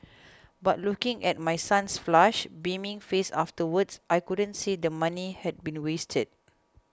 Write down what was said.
but looking at my son's flushed beaming face afterwards I couldn't say the money had been wasted